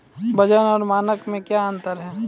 वजन और मानक मे क्या अंतर हैं?